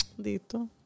Dito